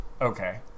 okay